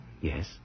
Yes